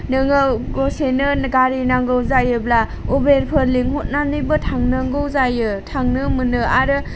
नोङो दसेनो गारि नांगौ जायोब्ला उबेरफोर लिंहरनानैबो थांनांगौ जायो थांनो मोनो आरो